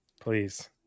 Please